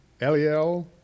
Eliel